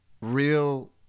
real